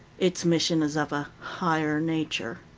its mission is of a higher nature.